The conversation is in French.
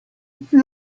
fut